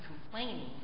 complaining